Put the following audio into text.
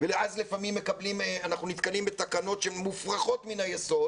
ואז לפעמים אנחנו נתקלים בתקנות שהן מופרכות מן היסוד.